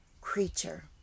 creature